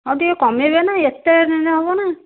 ଆଉ ଟିକେ କମାଇବେ ନା ଏତେ ନେଲେ ହେବ ନା